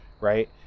right